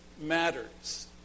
matters